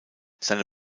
seine